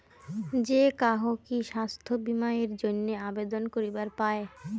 যে কাহো কি স্বাস্থ্য বীমা এর জইন্যে আবেদন করিবার পায়?